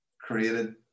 created